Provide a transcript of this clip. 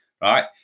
Right